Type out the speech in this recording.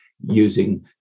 using